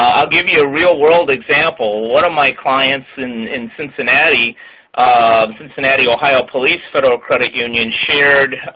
i'll give you a real world example. one of my clients in in cincinnati-cincinnati um cincinnati-cincinnati ah police federal credit union-shared